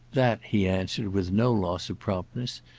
that, he answered with no loss of promptness,